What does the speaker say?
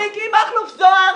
מיקי מכלוף זוהר,